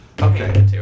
Okay